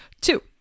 two